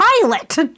pilot